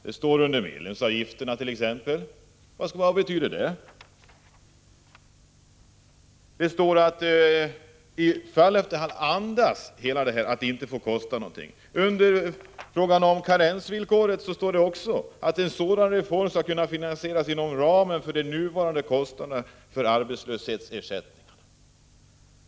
Det som står t.ex. under rubriken ”Medlemsavgifterna” visar rakt igenom att detta inte får kosta någonting. Under rubriken ”Karensvillkoret” står det också att ”en sådan reform skulle kunna finansieras inom ramen för de nuvarande kostnaderna för arbetslöshetsersättningarna”.